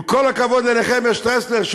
עם כל הכבוד לנחמיה שטרסלר,